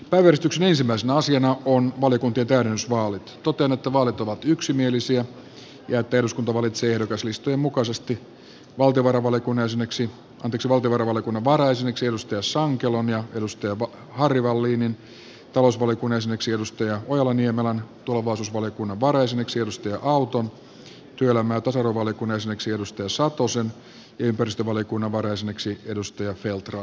päivystyksen ensimmäisenä asiana on valitun tytön usva totean että vaalit ovat yksimielisiä ja että eduskunta valitsee ehdokaslistan mukaisesti valtiovarainvaliokunnan varajäseniksi janne sankelon ja harry wallinin talousvaliokunnan jäseneksi johanna ojala niemelän tulevaisuusvaliokunnan varajäseneksi heikki auton työelämä ja tasa arvovaliokunnan jäseneksi arto satosen ja ympäristövaliokunnan varajäseneksi edustajat jotka